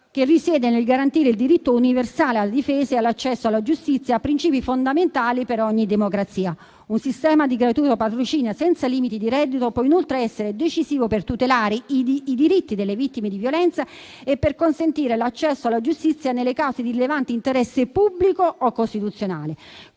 che consiste nel garantire il diritto universale alla difesa e all'accesso alla giustizia, principi fondamentali per ogni democrazia. Un sistema di gratuito patrocinio senza limiti di reddito può inoltre essere decisivo per tutelare i diritti delle vittime di violenza e per consentire l'accesso alla giustizia nelle cause di rilevante interesse pubblico o costituzionale.